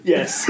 Yes